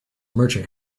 merchant